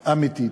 אמיתית.